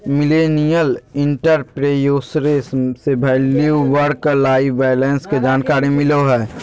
millennial entrepreneurship से value work life balance के जानकारी मिलो हय